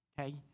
okay